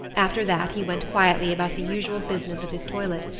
after that he went quietly about the usual business of his toilet.